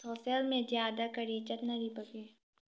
social ꯃꯦꯗꯤꯌꯥꯗ ꯀꯔꯤ ꯆꯠꯅꯔꯤꯕꯒꯦ